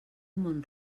mont